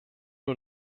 nur